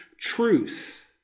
truth